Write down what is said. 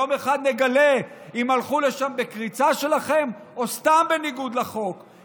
יום אחד נגלה אם הם הלכו לשם בקריצה שלכם או סתם בניגוד לחוק;